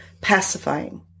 pacifying